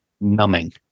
numbing